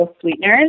sweeteners